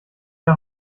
der